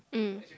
mm